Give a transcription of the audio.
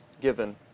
given